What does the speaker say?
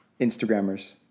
Instagrammers